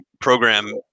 program